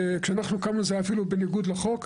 וכשאנחנו קמנו זה היה אפילו בניגוד לחוק,